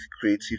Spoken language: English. creative